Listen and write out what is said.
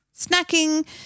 snacking